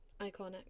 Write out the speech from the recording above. iconic